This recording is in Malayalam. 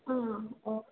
ആ ഓ